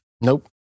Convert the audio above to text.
Nope